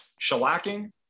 shellacking